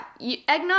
eggnog